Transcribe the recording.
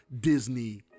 Disney